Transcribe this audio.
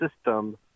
system